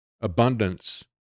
Abundance